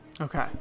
Okay